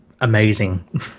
amazing